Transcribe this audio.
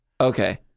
Okay